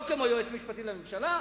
לא כמו היועץ המשפטי לממשלה.